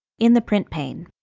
in the print pane.